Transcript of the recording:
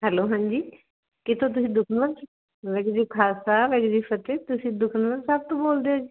hello ਹਾਂਜੀ ਕਿੱਥੋਂ ਤੁਸੀਂ ਦੁਖਨਿਵਾਰਨ ਵਾਹਿਗੁਰੂ ਜੀ ਕਾ ਖਾਲਸਾ ਵਾਹਿਗੁਰੂ ਜੀ ਫਤਿਹ ਤੁਸੀਂ ਦੁਖਨਿਵਾਰਨ ਸਾਹਿਬ ਤੋਂ ਬੋਲਦੇ ਹੋ